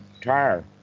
tire